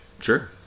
Sure